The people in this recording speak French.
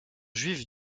juive